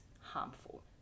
harmful